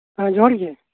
ᱡᱚᱦᱟᱨ ᱜᱮ